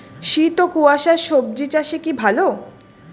শীত ও কুয়াশা স্বজি চাষে কি ভালো?